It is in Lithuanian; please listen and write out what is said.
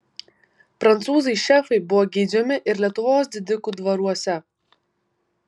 prancūzai šefai buvo geidžiami ir lietuvos didikų dvaruose